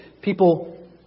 people